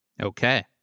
Okay